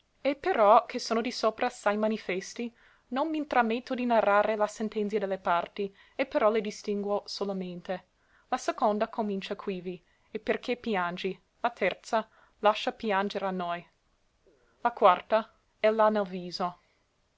e però che sono di sopra assai manifesti non m'intrametto di narrare la sentenzia de le parti e però le distinguo solamente la seconda comincia quivi e perché piangi la terza lascia pianger a noi la quarta ell'ha nel viso